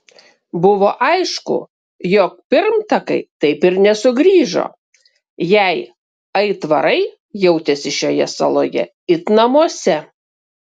buvo aišku jog pirmtakai taip ir nesugrįžo jei aitvarai jautėsi šioje saloje it namuose